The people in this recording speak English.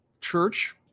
church